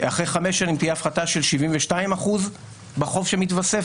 אחרי חמש שנים תהיה הפחתה של 72% בחוב שמתווסף,